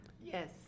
yes